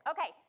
Okay